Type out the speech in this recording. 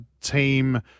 team